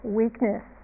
weakness